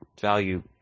value